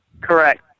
Correct